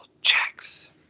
checks